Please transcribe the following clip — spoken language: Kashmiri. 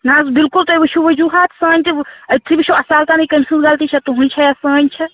نہَ حظ بِلکُل تُہۍ وُچھِو وجوٗہات سٲنۍ تہِ أتۍتھے وُچھو اَصٕالتَنٕے کٔمۍ سٕنٛز غلطی چھا تُہٕنٛز چھیا سٲنۍ چھیا